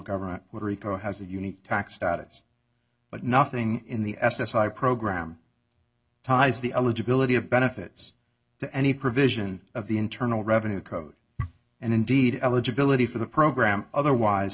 government what rico has a unique tax status but nothing in the s s i program ties the eligibility of benefits to any provision of the internal revenue code and indeed eligibility for the program otherwise